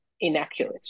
inaccurate